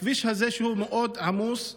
בכביש הזה, שהוא מאוד עמוס,